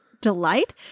Delight